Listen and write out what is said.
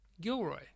Gilroy